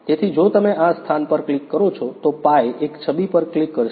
તેથી જો તમે આ સ્થાન પર ક્લિક કરો છો તો પાઈ એક છબી પર ક્લિક કરશે